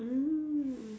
mm